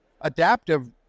adaptive